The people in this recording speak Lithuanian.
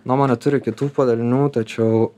noma neturi kitų padalinių tačiau